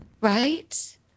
Right